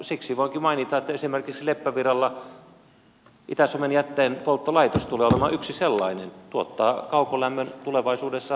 siksi voinkin mainita että esimerkiksi leppävirralla itä suomen jätteenpolttolaitos tulee olemaan yksi sellainen tuottaa kaukolämmön tulevaisuudessa varkauteen